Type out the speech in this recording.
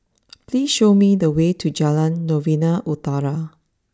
please show me the way to Jalan Novena Utara